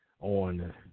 on